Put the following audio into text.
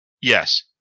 Yes